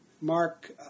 Mark